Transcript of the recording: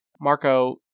Marco